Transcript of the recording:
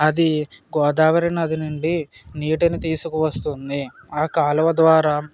అది గోదావరి నది నుండి నీటిని తీసుకువస్తుంది ఆ కాలువ ద్వారా